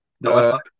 No